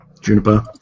Juniper